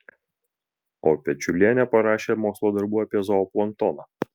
o pečiulienė parašė mokslo darbų apie zooplanktoną